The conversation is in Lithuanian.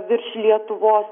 virš lietuvos